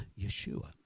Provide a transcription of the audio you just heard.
Yeshua